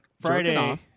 Friday